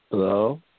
Hello